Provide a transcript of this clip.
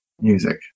music